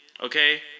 Okay